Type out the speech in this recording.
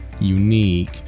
unique